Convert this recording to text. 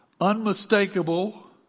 unmistakable